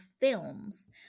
films